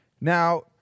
Now